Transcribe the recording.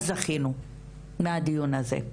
אז זכינו מהדיון הזה.